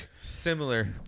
similar